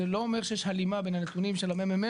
זה לא אומר שיש הלימה בין הנתונים של הממ"מ